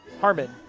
Harmon